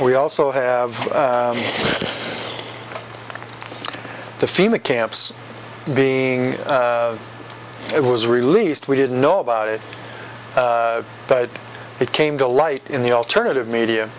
we also have the fema camps being it was released we didn't know about it but it came to light in the alternative media